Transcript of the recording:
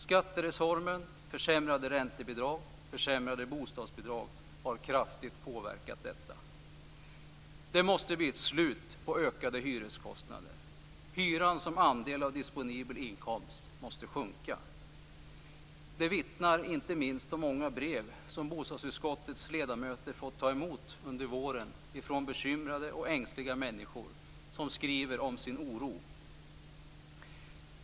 Skattereformen, försämrade räntebidrag och försämrade bostadsbidrag har kraftigt påverkat detta. Det måste bli ett slut på ökade hyreskostnader. Hyrans andel av den disponibla inkomsten måste sjunka. Det vittnar inte minst de många brev om som bostadsutskottets ledamöter fått ta emot under våren från bekymrade och ängsliga människor som skriver om sin oro.